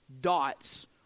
dots